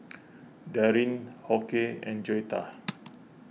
Daryn Hoke and Joetta